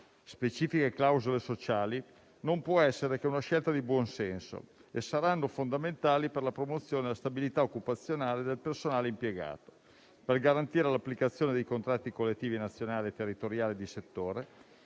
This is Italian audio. specifiche clausole sociali non può che essere una scelta di buon senso; saranno fondamentali per la promozione e la stabilità occupazionale del personale impiegato, per garantire l'applicazione dei contratti collettivi nazionali e territoriali di settore,